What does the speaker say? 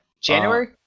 January